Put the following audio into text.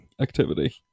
activity